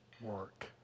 work